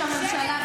שקט כרגע?